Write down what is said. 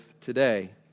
today